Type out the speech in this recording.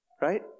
right